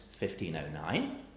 1509